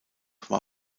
war